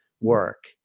work